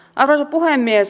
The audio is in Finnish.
arvoisa puhemies